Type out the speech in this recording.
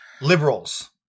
liberals